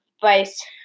vice